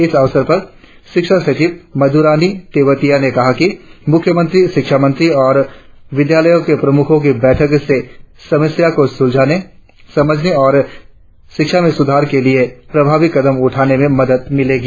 इस अवसर पर शिक्षा सचिव मधुरानी तेवतिया ने कहा कि मुख्यमंत्री शिक्षा मंत्री और विद्यालयों के प्रमुखों की बैठक से समस्याओं को समझने और शिक्षा में सुधार के लिए प्रभावी कदम उठाने में मदद मिलेगी